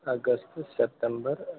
August September